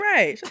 Right